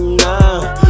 now